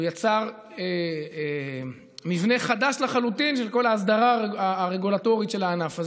הוא יצר מבנה חדש לחלוטין של כל ההסדרה הרגולטורית של הענף.